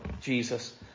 Jesus